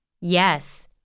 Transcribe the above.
Yes